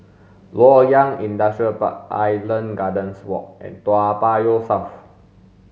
Loyang Industrial Park Island Gardens Walk and Toa Payoh South